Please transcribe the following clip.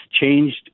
changed